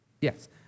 yes